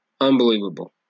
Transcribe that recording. Unbelievable